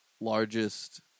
largest